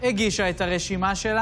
אדוני השר,